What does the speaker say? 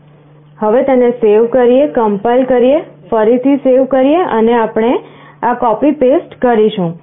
ચાલો તેને સેવ કરીએ કમ્પાઇલ કરીએ ફરીથી સેવ કરીએ અને આપણે આ કોપી પેસ્ટ કરીશું